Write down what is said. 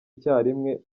icyarimwe